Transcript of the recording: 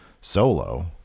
solo